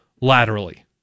laterally